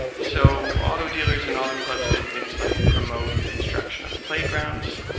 so auto dealers and auto clubs did things like promote the construction of playgrounds,